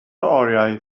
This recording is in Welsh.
oriau